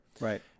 Right